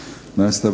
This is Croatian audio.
Hvala vam.